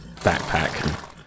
backpack